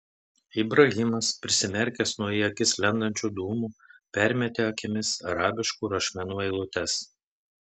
ibrahimas prisimerkęs nuo į akis lendančių dūmų permetė akimis arabiškų rašmenų eilutes